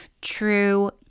true